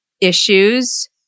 issues